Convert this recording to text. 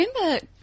Remember